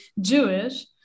Jewish